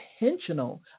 intentional